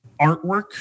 artwork